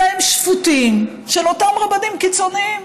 אלא הם שפוטים של אותם רבנים קיצונים.